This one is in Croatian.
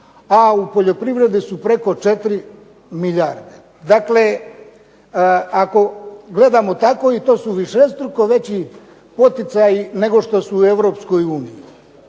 a u poljoprivredi su preko 4 milijarde. Dakle, ako gledamo tako to su višestruko veći poticaji nego što su u